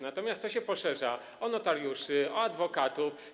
Natomiast to się poszerza o notariuszy, o adwokatów.